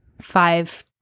five